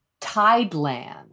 Tideland